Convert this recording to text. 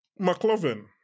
McLovin